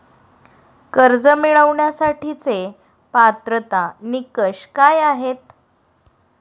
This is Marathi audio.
कर्ज मिळवण्यासाठीचे पात्रता निकष काय आहेत?